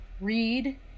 read